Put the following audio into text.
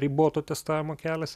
riboto testavimo kelias